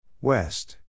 West